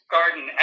garden